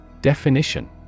Definition